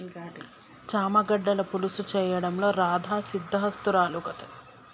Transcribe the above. చామ గడ్డల పులుసు చేయడంలో రాధా సిద్దహస్తురాలు